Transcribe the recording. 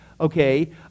okay